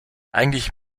eigentlich